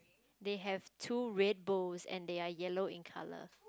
they have two red bows and they are yellow in colour